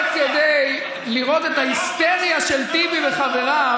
כדי לראות את ההיסטריה ------- של טיבי וחבריו